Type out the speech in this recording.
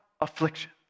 affliction